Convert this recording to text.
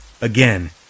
Again